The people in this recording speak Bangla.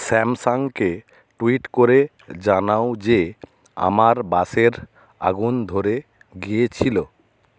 স্যামসাংকে ট্যুইট করে জানাও যে আমার বাসের আগুন ধরে গিয়েছিলো